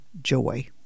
joy